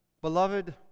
Beloved